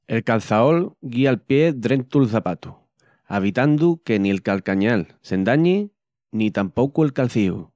El calçaol guía'l pie drentu'l çapatu, avitandu que ni'l calcañal s'endañi ni tampocu'l calciju.